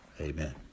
amen